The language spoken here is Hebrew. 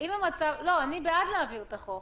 אני בעד להעביר את החוק.